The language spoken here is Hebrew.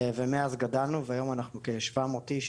ומאז גדלנו והיום אנחנו כשבע מאות איש